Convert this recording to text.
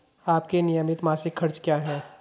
आपके नियमित मासिक खर्च क्या हैं?